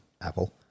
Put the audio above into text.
Apple